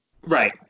right